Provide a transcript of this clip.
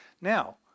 Now